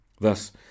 Thus